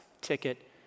ticket